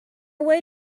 way